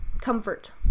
comfort